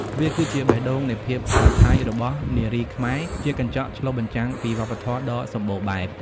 វាគឺជាបេះដូងនៃភាពឆើតឆាយរបស់នារីខ្មែរ ជាកញ្ចក់ឆ្លុះបញ្ចាំងពីវប្បធម៌ដ៏សម្បូរបែប។